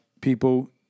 people